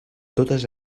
totes